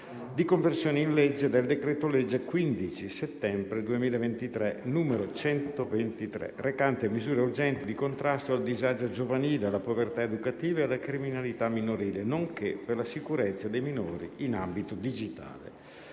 Conversione in legge del decreto-legge 15 settembre 2023, n. 123, recante misure urgenti di contrasto al disagio giovanile, alla povertà educativa e alla criminalità minorile, nonché per la sicurezza dei minori in ambito digitale